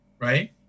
right